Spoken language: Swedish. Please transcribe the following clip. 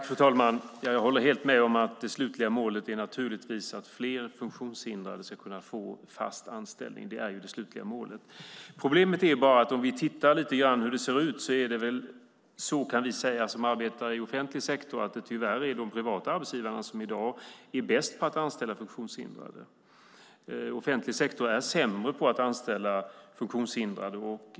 Fru talman! Jag håller helt med om att det slutliga målet naturligtvis är att fler funktionshindrade ska få fast anställning. Om vi tittar på hur det ser ut kan vi som arbetar i offentlig sektor säga att problemet är att det är de privata arbetsgivarna som i dag är bäst på att anställa de funktionshindrade. Offentlig sektor är sämre på att anställa funktionshindrade.